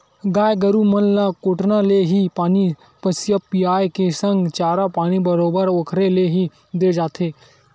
गाय गरु मन ल कोटना ले ही पानी पसिया पायए के संग चारा पानी बरोबर ओखरे ले ही देय जाथे